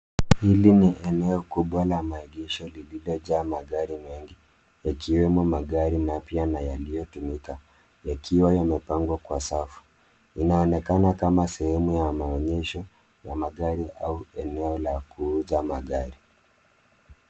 Hili ni eneo kubwa la maegesho lililojaa magari mengi yakiwemo magari mapya na yaliyotumika yakiwa yamepangwa kwa safu. Inaonekana kama sehemu ya maonyesho ya magari au eneo la kuuza magari.